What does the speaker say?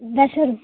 दशरू